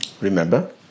Remember